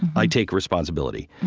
i take responsibility.